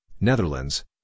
Netherlands